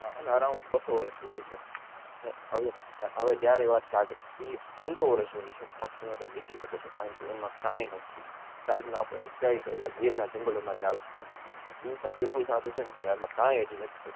અને અરાઉન્ડ બસો વર્ષ જૂની છે ને હવે હવે જ્યારે વાત સાગની એ પાંચસો વર્ષ જૂની છે પણ એમાં તમે બેસી શકો છો કારણ કે એમાં કંઈ એમાં કંઈ નથી થયુ સાગ ના ઉપાડે કંઈક ગીરના જંગલોમાંથી આવેલી છે એ સાગ એટલું સારું છેને એમાં કંઈ હજી નથી થયું